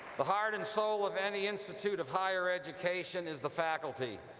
the heart and soul of any institute of higher education is the faculty.